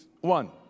One